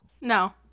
No